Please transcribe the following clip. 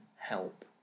help